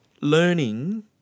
learning